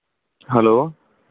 hello